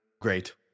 Great